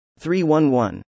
311